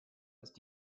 ist